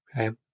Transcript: Okay